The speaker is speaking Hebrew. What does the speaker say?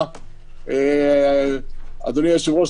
אדוני היושב-ראש,